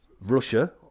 Russia